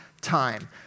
time